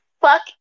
Fuck